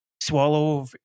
swallow